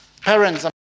Parents